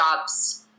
jobs